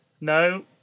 No